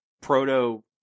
proto